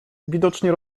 widocznie